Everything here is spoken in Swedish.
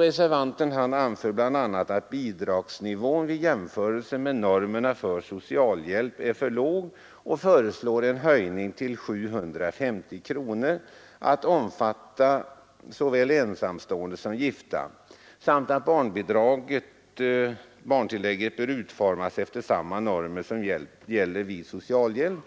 Reservanten anför bl.a. att bidragsnivån vid jämförelse med normerna för social hjälp är för låg och föreslår en höjning till 750 kronor per månad att omfatta såväl ensamstående som gifta samt att barntillägget skall utformas efter samma normer som gäller vid socialhjälp.